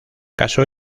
caso